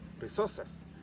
resources